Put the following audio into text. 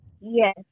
Yes